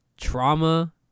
trauma